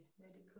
medical